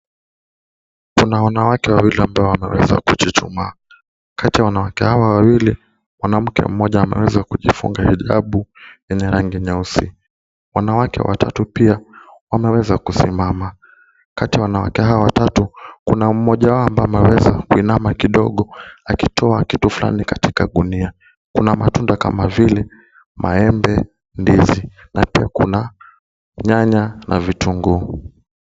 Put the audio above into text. Kuna wanawake wawili ambao wameweza kuchuchumaa. Kati ya wanawake hawa, moja ameweza kujifunga hijabu yenye rangi nyeusi. Wanawake watatu pia wameweza kusimama. Kati ya wanawake hawa watatu ambao wamesimama, kuna moja ambaye ameinama akitoa kitu kwenye gunia. Kuna matunda kama vile, maembe, ndizi, chungwa, na pia kuna nyanya na vitunguu.